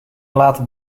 laten